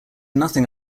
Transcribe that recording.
nothing